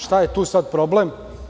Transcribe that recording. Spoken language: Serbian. Šta je tu sad problem?